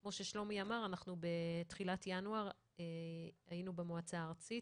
כמו ששלומי אמר בתחילת ינואר היינו במועצה הארצית